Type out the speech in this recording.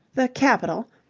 the capital.